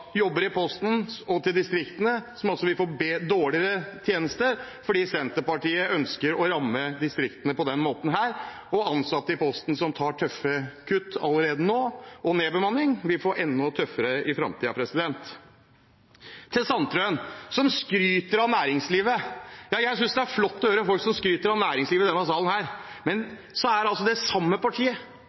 jobber i Posten, og til distriktene. Vi vil få dårligere tjenester fordi Senterpartiet ønsker å ramme distriktene på denne måten. Ansatte i Posten tar tøffe kutt allerede nå, med nedbemanning, og de får det enda tøffere i framtiden. Til representanten Sandtrøen, som skryter av næringslivet. Jeg synes det er flott å høre at folk skryter av næringslivet i denne salen. Men det er altså det samme partiet